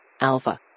Alpha